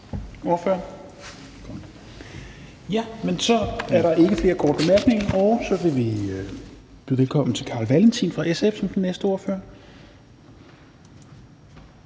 godt. Så er der ikke flere korte bemærkninger, og så vil vi byde velkommen til Carl Valentin fra SF som den næste ordfører.